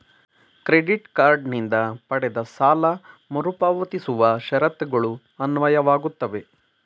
credit card ನಿಂದ ಪಡೆದ ಸಾಲ ಮರುಪಾವತಿಸುವ ಷರತ್ತುಗಳು ಅನ್ವಯವಾಗುತ್ತವೆ